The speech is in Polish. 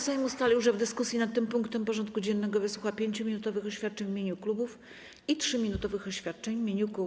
Sejm ustalił, że w dyskusji nad tym punktem porządku dziennego wysłucha 5-minutowych oświadczeń w imieniu klubów i 3-minutowych oświadczeń w imieniu kół.